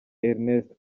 ernest